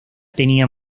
tenía